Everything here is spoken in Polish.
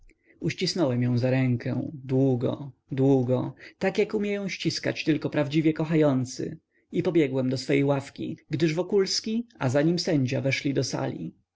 uścisnąłem ją za rękę długo długo tak jak umieją ściskać tylko prawdziwie kochający i pobiegłem do swej ławki gdyż wokulski a za nim sędzia weszli do sali